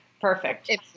Perfect